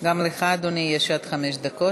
גם לך, אדוני, יש עד חמש דקות.